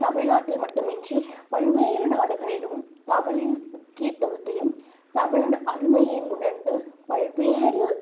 தமிழ்நாட்டில் மட்டுமின்றி பல்வேறு நாடுகளிலும் தமிழின் முக்கியத்துவத்தையும் தமிழின் அருமையையும் உணர்ந்து பல்வேறு